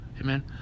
Amen